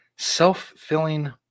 Self-filling